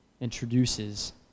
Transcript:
introduces